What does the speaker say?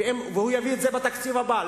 והוא יביא את זה בתקציב הבא.